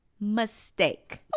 mistake